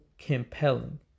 compelling